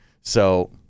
So-